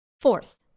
Fourth